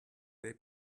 they